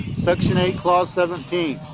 section eight, clause seventeen.